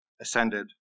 ascended